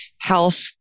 health